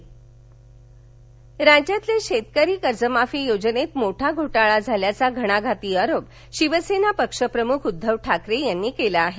उद्धव ठाकरे अहमदनगर राज्यातल्या शेतकरी कर्जमाफी योजनेत मोठा घोटाळा झाल्याचा घणाघाती आरोप शिवसेना पक्षप्रमुख उद्धव ठाकरे यांनी केला आहे